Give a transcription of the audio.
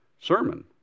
sermon